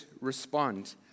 respond